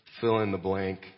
fill-in-the-blank